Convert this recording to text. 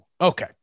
Okay